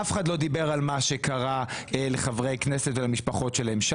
אף אחד לא דיבר על מה שקרה לחברי כנסת ולמשפחות שלהם.